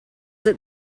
that